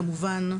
כמובן,